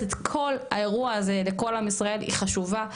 את כל האירוע הזה לכל עם ישראל היא חשובה,